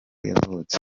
yavutse